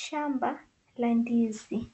Shamba la ndizi,